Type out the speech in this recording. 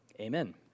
Amen